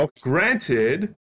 Granted